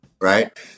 right